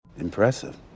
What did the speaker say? impressive